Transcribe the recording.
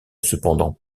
cependant